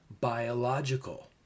biological